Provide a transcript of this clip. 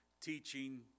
teaching